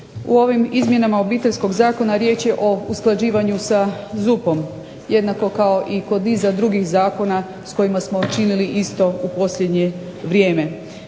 u ovim izmjenama Obiteljskog zakona riječ je o usklađivanju sa ZUP-om jednako kao i kod niza drugih zakona s kojima smo činili isto u posljednje vrijeme.